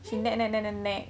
then